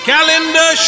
Calendar